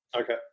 Okay